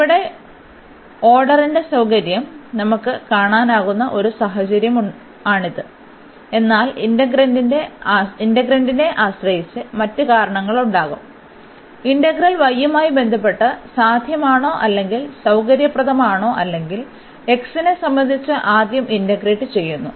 ഇവിടെ ഓർഡറിന്റെ സൌകര്യം നമുക്ക് കാണാനാകുന്ന ഒരു സാഹചര്യമാണിത് എന്നാൽ ഇന്റെഗ്രന്റ്നെ ആശ്രയിച്ച് മറ്റ് കാരണങ്ങളുണ്ടാകും ഇന്റഗ്രൽ y യുമായി ബന്ധപ്പെട്ട് സാധ്യമാണോ അല്ലെങ്കിൽ സൌകര്യപ്രദമാണോ അല്ലെങ്കിൽ x നെ സംബന്ധിച്ച് ആദ്യം ഇന്റഗ്രേറ്റ് ചെയ്യുന്നു